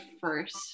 first